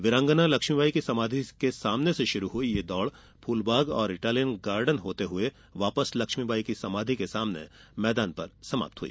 वीरांगना लक्ष्मीबाई की समाधि के सामने से शुरू हुई यह दौड़ फूलबाग इटालियन गार्डन होते हुए वापस लक्ष्मीबाई समाधि के सामने मैदान पर समाप्त हुई